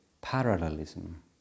parallelism